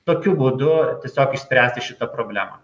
tokiu būdu tiesiog išspręsti šitą problemą